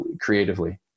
creatively